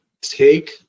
take